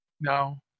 No